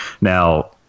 Now